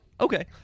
Okay